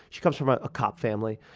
she comes from a ah cop family.